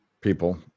People